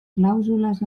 clàusules